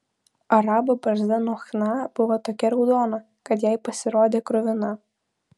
arabo barzda nuo chna buvo tokia raudona kad jai pasirodė kruvina